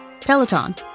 Peloton